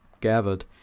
gathered